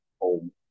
home